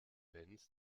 benz